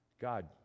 God